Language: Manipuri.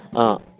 ꯑꯥ